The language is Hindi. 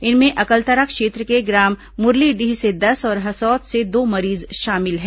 इनमें अकलतरा क्षेत्र के ग्राम मुरलीडीह से दस और हसौद से दो मरीज शामिल हैं